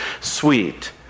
sweet